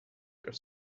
their